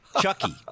Chucky